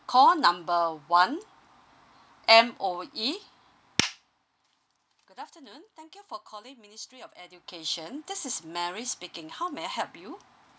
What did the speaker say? call number one M_O_E good afternoon thank you for calling ministry of education this is mary speaking how may I help you